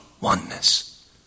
oneness